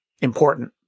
important